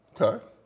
Okay